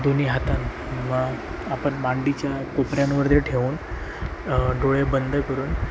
दोन्ही हातांना आपण मांडीच्या कोपऱ्यांवरती ठेऊन डोळे बंद करून